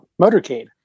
motorcade